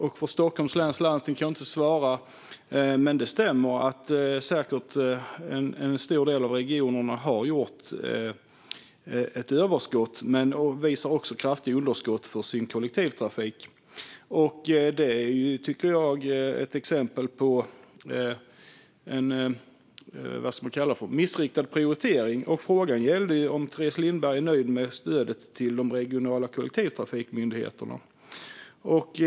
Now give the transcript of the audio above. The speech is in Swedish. Jag kan inte svara för Stockholm, men det stämmer säkert att en stor del av regionerna har gjort ett överskott medan de ändå visar kraftiga underskott för sin kollektivtrafik. Det tycker jag är ett exempel på en missriktad prioritering. Frågan gällde dock om Teres Lindberg är nöjd med stödet till de regionala kollektivtrafikmyndigheterna.